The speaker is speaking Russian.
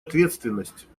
ответственность